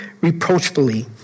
reproachfully